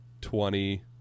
twenty